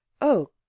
Oh